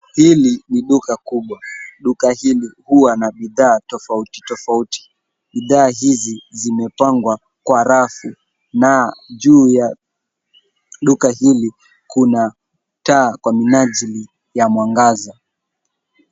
Hili ni duka kubwa. Duka hili huwa na bidhaa tofauti tofauti. Bidhaa hizi zimepangwa kwa rafu na juu ya duka hili kuna taa kwa minajili ya mwangaza.